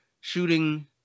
shooting